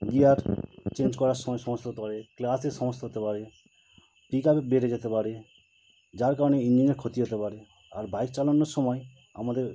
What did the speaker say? gear change করার সমায় সমস্যা হতে পারে ক্লাসের সমস্ত হতে পারে পিকাপে বেড়ে যেতে পারে যার কারণে ইঞ্জিনের ক্ষতি হতে পারে আর বাইক চালানোর সময় আমাদের